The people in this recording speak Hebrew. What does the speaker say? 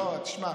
תשמע,